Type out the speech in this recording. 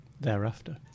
thereafter